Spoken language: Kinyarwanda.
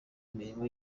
imirimo